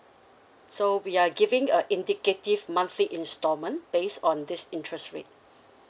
so we are giving uh indicative monthly installment base on this interest rate